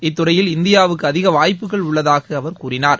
இத்துறையில் இந்தியாவுக்கு அதிக வாய்ப்புகள் உள்ளதாக அவர் கூறினார்